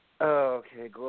okay